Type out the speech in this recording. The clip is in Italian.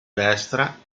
destra